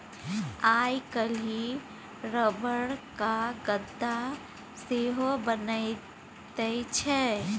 आइ काल्हि रबरक गद्दा सेहो बनैत छै